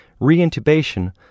reintubation